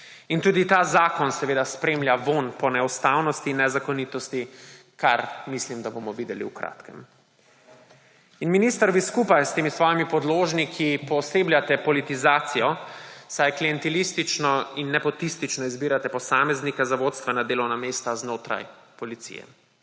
In tudi ta zakon seveda spremlja vonj po neustavnosti, nezakonitosti, kar mislim, da bomo videli v kratkem. Minister, vi skupaj s temi svojimi podložniki poosebljate politizacijo, saj klientelistično in nepotistično izbirate posameznike za vodstvena delovna mesta znotraj policije,